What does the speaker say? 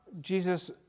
Jesus